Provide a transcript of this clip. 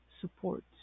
support